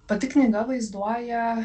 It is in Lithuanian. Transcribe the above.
pati knyga vaizduoja